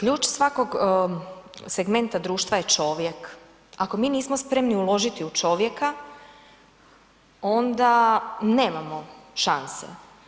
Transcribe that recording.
Ključ svakog segmenta društva je čovjek, ako mi nismo spremni uložiti u čovjeka onda nemamo šanse.